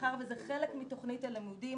מאחר וזה חלק מתכנית הלימודים,